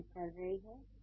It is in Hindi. कार्रवाई चल रही है